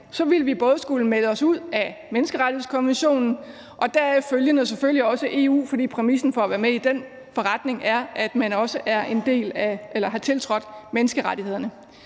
ville vi både skulle melde os ud af menneskerettighedskonventionen og deraf følgende selvfølgelig også af EU, fordi præmissen for at være med i den forretning er, at man også har tiltrådt menneskerettighederne.